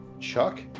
Chuck